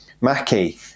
Mackie